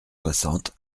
soixante